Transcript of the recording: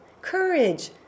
Courage